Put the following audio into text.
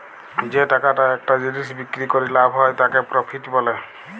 যে টাকাটা একটা জিলিস বিক্রি ক্যরে লাভ হ্যয় তাকে প্রফিট ব্যলে